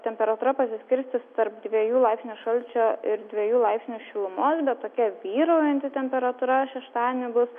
temperatūra pasiskirstys tarp dviejų laipsnių šalčio ir dviejų laipsnių šilumos tokia vyraujanti temperatūra šeštadienį bus